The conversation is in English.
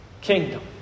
Kingdom